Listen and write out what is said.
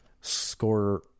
score